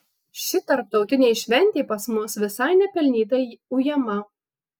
ši tarptautinė šventė pas mus visai nepelnytai ujama